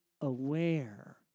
aware